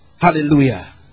hallelujah